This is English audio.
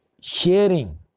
sharing